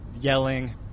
yelling